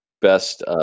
best